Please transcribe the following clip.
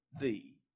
thee